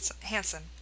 Hansen